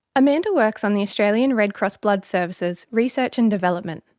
amanda works on the australian red cross blood service's research and development.